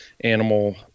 animal